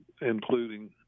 including